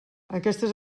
aquestes